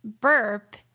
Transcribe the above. burp